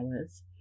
hours